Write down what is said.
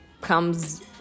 comes